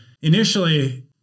initially